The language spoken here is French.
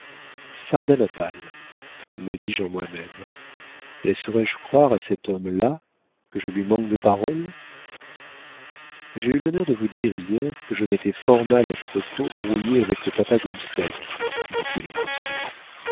sardanapale me dis-je en moi-même laisserai-je croire à cet homme-là que je lui manque de parole j'ai eu l'honneur de vous dire hier que je m'étais fort mal à propos brouillé avec le papa gobseck dit-il en continuant